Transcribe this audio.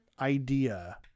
idea